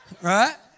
Right